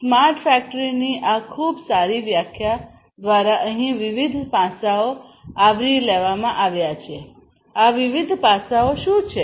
smart ફેક્ટરીની આ ખૂબ સારી વ્યાખ્યા દ્વારા અહીં વિવિધ પાસાંઓ આવરી લેવામાં આવ્યા છે આ વિવિધ પાસાઓ શું છે